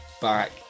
back